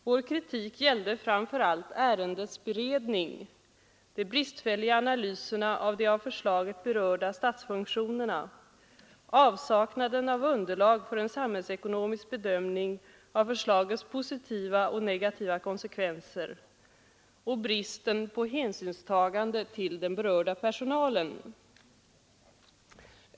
Vår kritik gällde framför allt ärendets beredning, de bristfälliga analyserna av de av förslaget berörda statsfunktionerna, avsaknaden av underlag för en samhällsekonomisk bedömning av förslagets positiva och negativa konsekvenser och bristen på hänsynstagande till den berörda personalen.